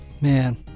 man